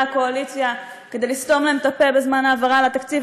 הקואליציה כדי לסתום להם את הפה בזמן ההעברה של התקציב.